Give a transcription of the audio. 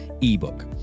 ebook